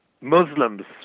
Muslims